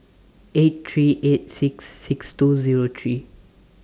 eight three eight six six two three